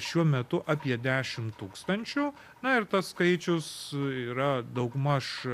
šiuo metu apie dešimt tūkstančių na ir tas skaičius yra daugmaž